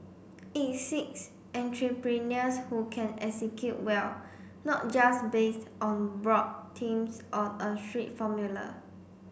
it seeks entrepreneurs who can execute well not just based on broad themes or a strict formula